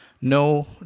no